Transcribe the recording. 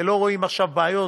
ולא רואים עכשיו בעיות,